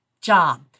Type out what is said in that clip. job